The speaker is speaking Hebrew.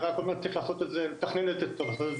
זה רק אומר שצריך לתכנן את זה ולעשות את